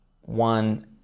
one